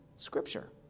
scripture